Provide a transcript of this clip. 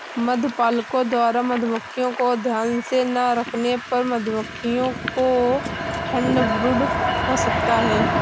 मधुपालकों द्वारा मधुमक्खियों को ध्यान से ना रखने पर मधुमक्खियों को ठंड ब्रूड हो सकता है